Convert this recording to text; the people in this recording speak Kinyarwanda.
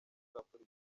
politiki